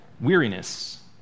weariness